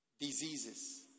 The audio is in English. diseases